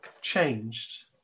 changed